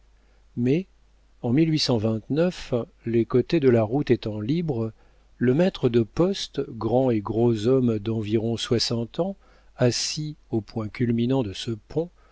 mais en les côtés de la route étant libres le maître de poste grand et gros homme d'environ soixante ans assis au point culminant de ce pont